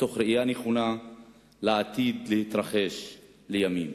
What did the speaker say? מתוך ראייה נכונה לעתיד להתרחש לימים.